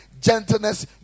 gentleness